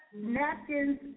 napkins